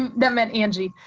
um that meant angie,